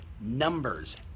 numbers